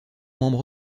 membre